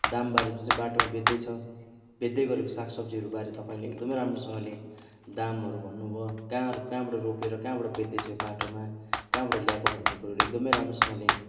दामबारे जुन चाहिँ बाटोमा बेत्दै छ बेत्दै गरेको सागसब्जीहरूबारे तपाईँले एकदमै राम्रोसँगले दामहरू भन्नुभयो कहाँ कहाँबाट रोपेर बेच्दैछ यो बाटोमा कहाँबाट ल्याएको भन्ने कुराहरू एकदमै राम्रोसँगले